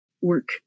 work